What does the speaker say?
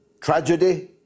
tragedy